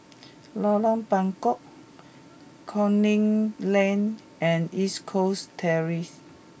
Lorong Buangkok Canning Lane and East Coast Terrace